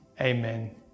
amen